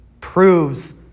proves